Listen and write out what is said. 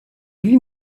lui